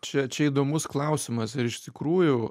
čia čia įdomus klausimas ir iš tikrųjų